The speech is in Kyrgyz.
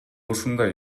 ушундай